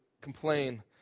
complain